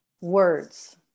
words